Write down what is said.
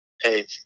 Hey